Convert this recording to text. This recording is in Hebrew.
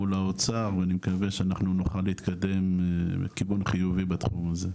מול האוצר ואני מקווה שאנחנו נוכל להתקדם בכיוון חיובי בתחום הזה.